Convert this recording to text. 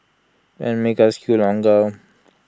and make us queue longer